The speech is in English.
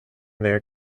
their